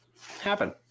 happen